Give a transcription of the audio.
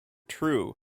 true